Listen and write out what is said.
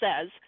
says